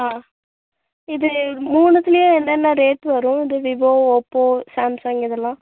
ஆ இது மூணுத்துலே என்னென்ன ரேட் வரும் இது விவோ ஓப்போ சாம்சங் இதெல்லாம்